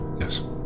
Yes